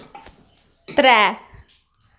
त्रै